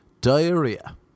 Diarrhea